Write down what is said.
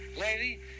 Lady